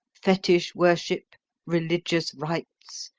fetich-worship, religious rites,